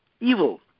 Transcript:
Evil